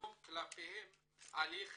ליזום כלפיהם הליך